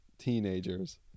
Teenagers